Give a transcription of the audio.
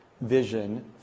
vision